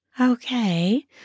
Okay